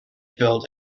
built